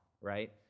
right